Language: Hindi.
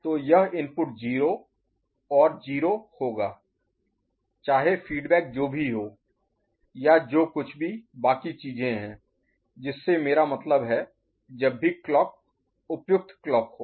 तो यह इनपुट 0 और 0 होगा चाहे फीडबैक जो भी हो या जो कुछ भी बाकी चीजें हैं जिससे मेरा मतलब है जब भी क्लॉक उपयुक्त क्लॉक हो